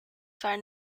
war